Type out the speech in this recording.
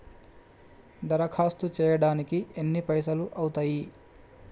దరఖాస్తు చేయడానికి ఎన్ని పైసలు అవుతయీ?